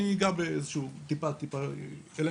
אני